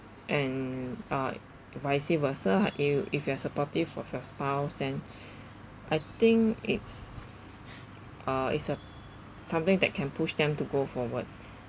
and uh vice versa ah if if you're supportive of your spouse and I think it's uh it's a something that can push them to go forward